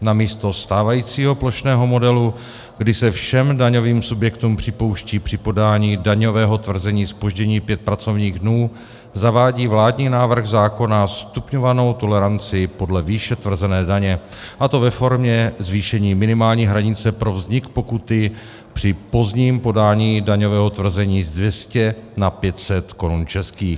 Namísto stávajícího plošného modelu, kdy se všem daňovým subjektům připouští při podání daňového tvrzení zpoždění pět pracovních dnů, zavádí vládní návrh zákona stupňovanou toleranci podle výše tvrzené daně, a to ve formě zvýšení minimální hranice pro vznik pokuty při pozdním podání daňového tvrzení ze 200 na 500 korun českých.